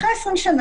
אחרי 20 שנה,